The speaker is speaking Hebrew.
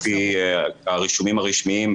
לפי הרישומים הרשמיים,